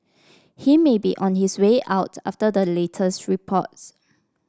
he may be on his way out after the latest reports